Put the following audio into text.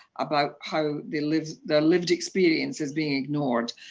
about how their lived their lived experience is being ignored,